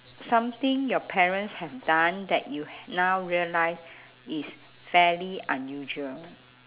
something your parents have done that you now realise is fairly unusual